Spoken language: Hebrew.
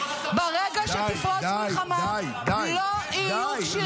ברגע שתפרוץ מלחמה לא יהיו כשירים.